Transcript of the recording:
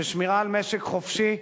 של שמירה על משק חופשי,